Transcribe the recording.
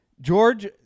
George